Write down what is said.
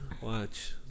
Watch